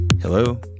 Hello